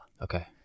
Okay